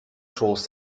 schoß